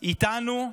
איתנו.